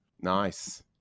Nice